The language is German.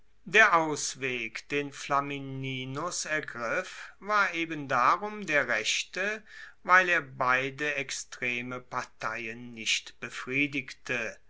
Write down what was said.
der ausweg den flamininus ergriff war eben darum der rechte weil er beide extreme parteien nicht befriedigte